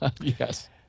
Yes